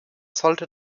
sollte